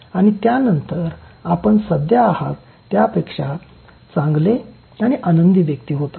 आणि त्यानंतर आपण सध्या आहात त्यापेक्षा चांगले आणि आनंदी व्यक्ती होता